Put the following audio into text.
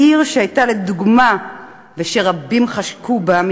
העיר שהייתה לדוגמה ושרבים חשקו בה,